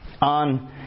on